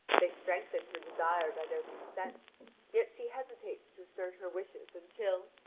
they strengthen her desire by their consent yet she hesitates to assert her wishes until,